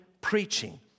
preaching